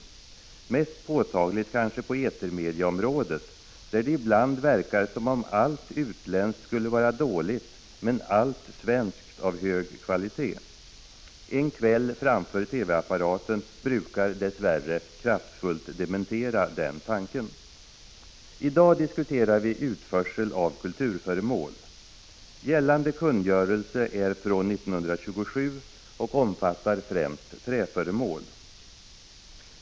Mest påtagligt kanske på etermediaområdet där det ibland verkar som om allt utländskt skulle vara dåligt men allt svenskt av hög kvalitet. En kväll framför TV-apparaten brukar — dess värre — kraftfullt dementera den tanken. I dag diskuterar vi utförsel av kulturföremål. Gällande kungörelse är från 1927 och omfattar främst träföremål.